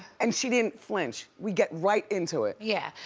and she didn't flinch, we got right into it. yeah,